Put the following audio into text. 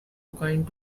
kind